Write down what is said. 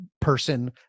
person